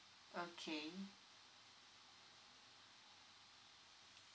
okay